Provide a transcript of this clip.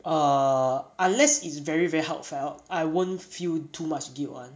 err unless it's very very heartfelt I won't feel too much guilt [one]